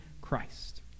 Christ